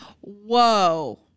Whoa